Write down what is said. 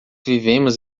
vivemos